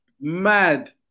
Mad